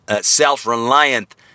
self-reliant